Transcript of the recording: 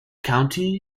county